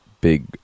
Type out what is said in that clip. big